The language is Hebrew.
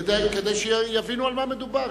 כדי שיבינו על מה שמדובר.